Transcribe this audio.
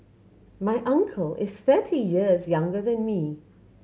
my uncle is thirty years younger than me